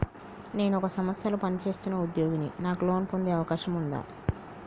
నేను ఒక సంస్థలో పనిచేస్తున్న ఉద్యోగిని నాకు లోను పొందే అవకాశం ఉందా?